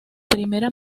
primera